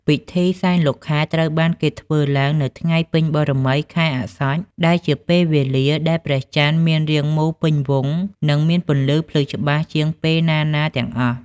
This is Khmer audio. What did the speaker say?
ពិធីសែនលោកខែត្រូវបានគេធ្វើឡើងនៅថ្ងៃពេញបូណ៌មីខែអស្សុជ ដែលជាពេលវេលាដែលព្រះច័ន្ទមានរាងមូលពេញវង់ និងមានពន្លឺភ្លឺច្បាស់ជាងពេលណាៗទាំងអស់។